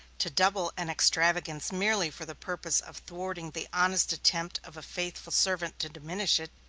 to double an extravagance merely for the purpose of thwarting the honest attempt of a faithful servant to diminish it,